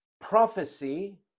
prophecy